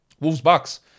Wolves-Bucks